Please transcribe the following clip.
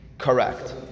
Correct